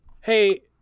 Hey